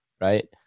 right